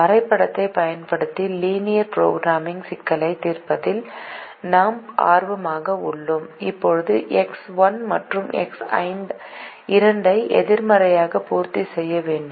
வரைபடத்தைப் பயன்படுத்தி linear programming சிக்கலைத் தீர்ப்பதில் நாம் ஆர்வமாக உள்ளோம் இப்போது எக்ஸ் 1 மற்றும் எக்ஸ் 2 ஐ வைத்திருக்க விரும்புகிறோம் இது கொடுக்கப்பட்ட இரண்டு தடைகளையும் பூர்த்திசெய்யும் எக்ஸ் 1 மற்றும் எக்ஸ் 2 ஐ எதிர்மறையை பூர்த்தி செய்ய வேண்டும்